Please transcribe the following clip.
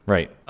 Right